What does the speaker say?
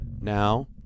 Now